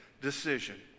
decision